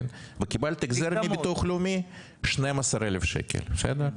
וקיבלת החזר מהביטוח הלאומי של 12,000 ₪,